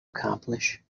accomplish